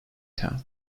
town